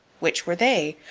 which were they?